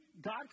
God